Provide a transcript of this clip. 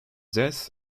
death